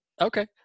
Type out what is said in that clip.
Okay